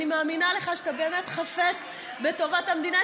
אני מאמינה לך שאתה באמת חפץ בטובת המדינה.